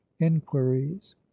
inquiries